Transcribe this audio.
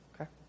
Okay